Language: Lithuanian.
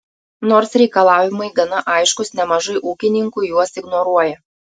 nors reikalavimai gana aiškūs nemažai ūkininkų juos ignoruoja